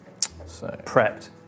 Prepped